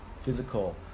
physical